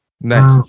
nice